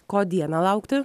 ko dieną laukti